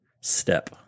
step